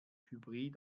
hybrid